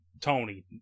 Tony